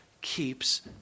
keeps